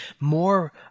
more